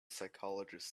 psychologist